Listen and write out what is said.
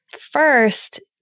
First